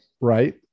Right